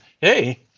Hey